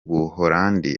buhorandi